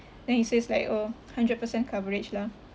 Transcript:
then he says like a hundred percent coverage lah